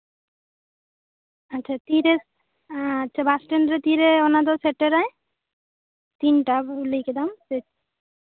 ᱟᱪᱪᱷᱟ ᱵᱟᱥᱴᱮᱱᱰᱨᱮ ᱛᱤᱨᱮᱫᱚᱭ ᱥᱮᱴᱮᱨᱟ ᱛᱤᱱᱴᱟ ᱞᱟᱹᱭ ᱠᱮᱫᱟᱢ